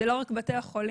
זה לא רק בתי החולים,